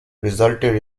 resulted